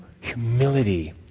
humility